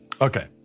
Okay